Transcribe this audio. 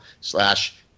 slash